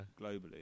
globally